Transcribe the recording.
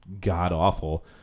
god-awful